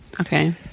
okay